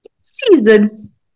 Seasons